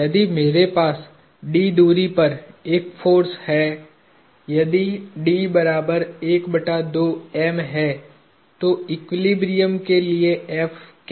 यदि मेरे पास d दुरी पर एक फोर्स है यदि है तो एक्विलिब्रियम के लिए F क्या है